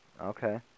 Okay